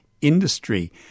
industry